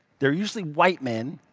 they are usually white men.